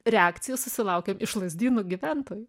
reakcijų susilaukėm iš lazdynų gyventojų